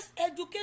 education